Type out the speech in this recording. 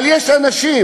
אבל יש אנשים,